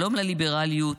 שלום לליברליות,